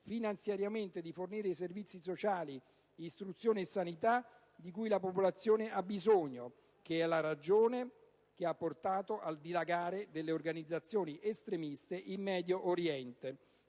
finanziariamente di fornire servizi sociali, istruzione e sanità, di cui la popolazione ha bisogno, che è la ragione che ha portato al dilagare delle organizzazioni estremiste in Medio Oriente.